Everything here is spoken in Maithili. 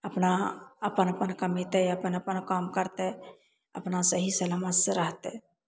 अपना अपन अपन कमेतय अपन अपन काम करतय अपना सही सलामतसँ रहितय